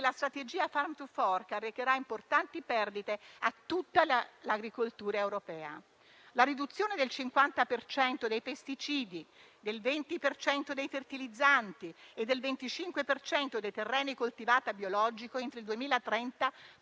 la strategia Farm to fork arrecherà importanti perdite a tutta l'agricoltura europea. La riduzione del 50 per cento dei pesticidi, del 20 per cento dei fertilizzanti e del 25 per cento dei terreni coltivati a biologico entro il 2030